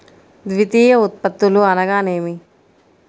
ద్వితీయ ఉత్పత్తులు అనగా నేమి?